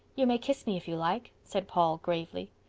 you may kiss me if you like, said paul gravely.